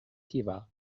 playlist